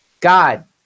God